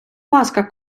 ласка